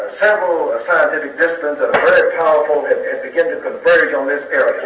several scientific disciplines that are very powerful have begin to converge on this area.